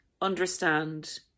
understand